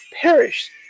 perished